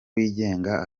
wigenga